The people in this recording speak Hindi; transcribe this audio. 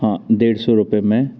हाँ डेढ़ सौ रुपये में